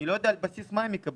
אני לא יודע על בסיס מה הם מקבלים.